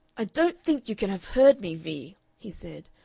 i don't think you can have heard me, vee, he said,